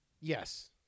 Yes